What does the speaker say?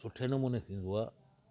सुठे नमूने थींदो आहे